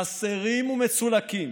חסרים ומצולקים,